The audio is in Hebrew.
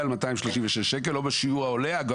על 236 שקלים או בשיעור העולה על 10 אחוזים מסכום החוב,